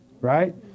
right